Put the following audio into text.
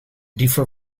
differ